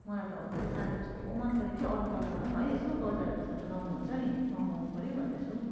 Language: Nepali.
मलाई त हो त्यो साडी कस्तो मनपर्यो कि अरू कलरमा पनि है यसो बजारहरू जाँदा लगाउनु हुन्छ नि मगाउनु पर्यो भन्दैछु हौ